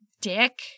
dick